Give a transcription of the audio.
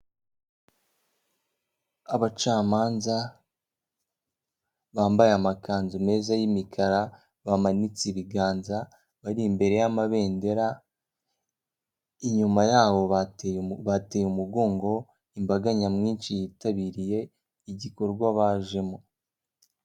Abacamanza bambaye amakanzu meza y'imikara, bamanitse ibiganza, bari imbere y'amabendera, inyuma yaho bateye umugongo imbaga nyamwinshi yitabiriye igikorwa bajemo.